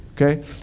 Okay